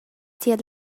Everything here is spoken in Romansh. tier